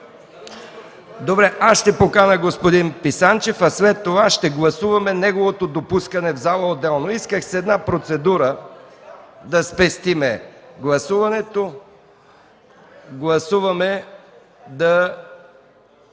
Добре, ще поканя господин Писанчев, след това ще гласуваме допускането му в залата отделно. Исках с една процедура да спестим гласуването. Гласуваме да